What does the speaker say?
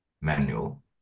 manual